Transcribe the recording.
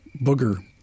booger